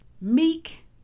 meek